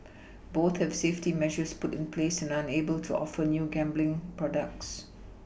both have safety measures put in place and are unable to offer new gambling products